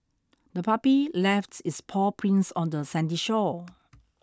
the puppy left its paw prints on the sandy shore